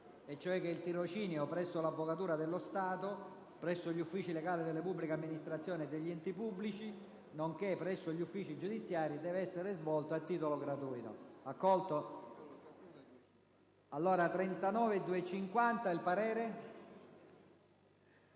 pattuito. Il tirocinio presso l'Avvocatura dello Stato, presso gli uffici legali delle pubbliche amministrazioni e degli enti pubblici nonché presso gli uffici giudiziari deve essere svolto a titolo gratuito.». **39.252** [LI